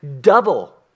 double